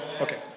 Okay